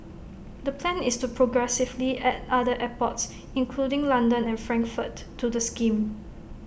the plan is to progressively add other airports including London and Frankfurt to the scheme